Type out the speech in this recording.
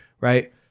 right